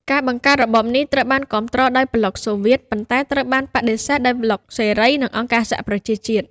ការបង្កើតរបបនេះត្រូវបានគាំទ្រដោយប្លុកសូវៀត ប៉ុន្តែត្រូវបានបដិសេធដោយប្លុកសេរី និងអង្គការសហប្រជាជាតិ។